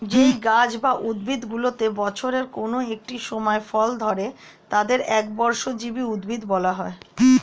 যেই গাছ বা উদ্ভিদগুলিতে বছরের কোন একটি সময় ফল ধরে তাদের একবর্ষজীবী উদ্ভিদ বলা হয়